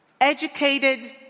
educated